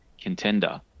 contender